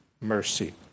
mercy